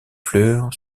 fleur